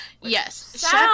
Yes